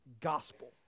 gospel